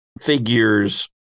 figures